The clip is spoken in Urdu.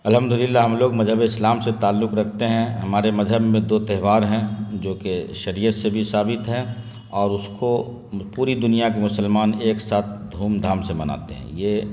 الحمد للہ ہم لوگ مذہب اسلام سے تعلق رکھتے ہیں ہمارے مذہب میں دو تہوار ہیں جو کہ شریعت سے بھی ثابت ہیں اور اس کو پوری دنیا کے مسلمان ایک ساتھ دھوم دھام سے مناتے ہیں یہ